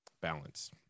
balance